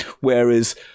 Whereas